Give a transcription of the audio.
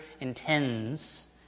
intends